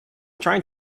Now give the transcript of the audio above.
trying